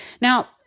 Now